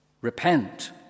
Repent